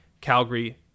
Calgary